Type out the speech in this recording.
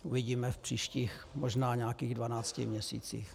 Uvidíme v příštích možná nějakých dvanácti měsících.